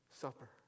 supper